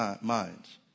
minds